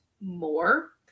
more